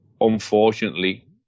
unfortunately